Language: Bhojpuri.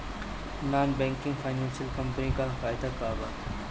नॉन बैंकिंग फाइनेंशियल कम्पनी से का फायदा बा?